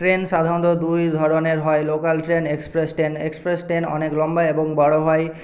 train সাধারণত দুই ধরনের হয় local train express train express train অনেক লম্বা এবং বড়ো হয়